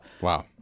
Wow